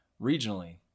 regionally